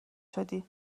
شدی